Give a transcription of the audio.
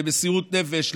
במסירות נפש,